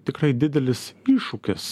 tikrai didelis iššūkis